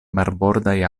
marbordaj